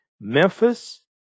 Memphis